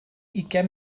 ugain